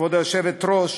כבוד היושבת-ראש